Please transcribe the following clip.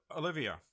olivia